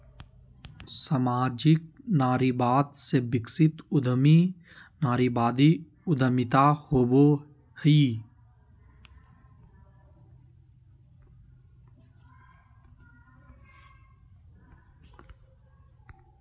सामाजिक नारीवाद से विकसित उद्यमी नारीवादी उद्यमिता होवो हइ